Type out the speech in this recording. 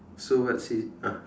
so what C ah